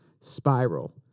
spiral